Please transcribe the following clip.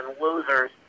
losers